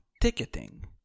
ticketing